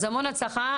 אז המון הצלחה.